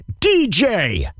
DJ